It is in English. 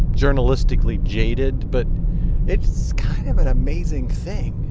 journalistically jaded. but it's kind of an amazing thing